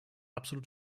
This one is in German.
absolut